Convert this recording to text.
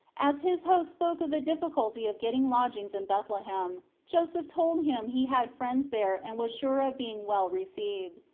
as his host spoke of the difficulty of getting lodgings in bethlehem, joseph told him he had friends there and was sure of being well received.